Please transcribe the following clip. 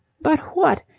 but what?